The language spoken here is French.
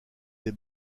des